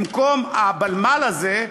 במקום ה"בלמל" הזה,